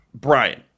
Brian